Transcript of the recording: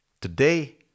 Today